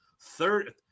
Third